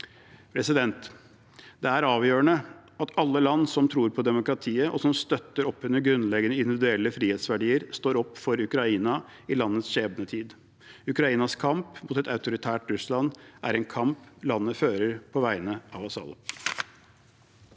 demokratier. Det er avgjørende at alle land som tror på demokratiet, og som støtter opp under grunnleggende individuelle frihetsverdier, står opp for Ukraina i landets skjebnetid. Ukrainas kamp mot et autoritært Russland er en kamp landet fører på vegne av oss alle.